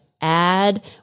add